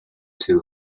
two